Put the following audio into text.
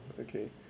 okay